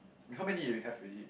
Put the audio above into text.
how many we have already